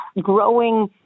growing